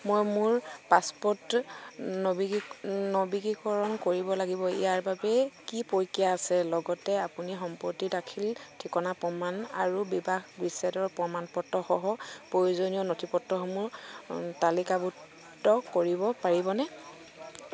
মই মোৰ পাছপোৰ্ট নৱীকৰণ কৰিব লাগিব ইয়াৰ বাবে কি প্ৰক্ৰিয়া আছে লগতে আপুনি সম্পত্তি দাখিল ঠিকনাৰ প্ৰমাণ আৰু বিবাহ বিচ্ছেদৰ প্ৰমাণপত্ৰ সহ প্ৰয়োজনীয় নথিপত্ৰসমূহ তালিকাভুক্ত কৰিব পাৰিবনে